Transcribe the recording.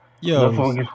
yo